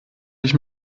ich